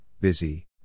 busy